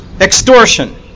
extortion